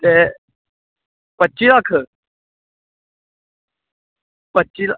ते पच्ची लक्ख पच्ची लक्ख